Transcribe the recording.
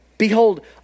Behold